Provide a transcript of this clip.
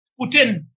Putin